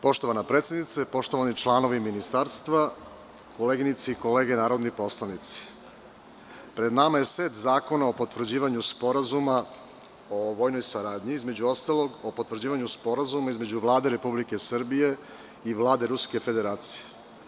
Poštovana predsednice, poštovani članovi Ministarstva, koleginice i kolege narodni poslanici, pred nama je set zakona o potvrđivanju sporazuma o vojnoj saradnji i između ostalog o potvrđivanju Sporazuma između Vlade Republike Srbije i Vlade Ruske Federacije.